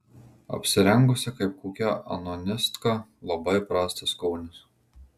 apsirengusi kaip kokia anonistka labai prastas skonis